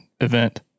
event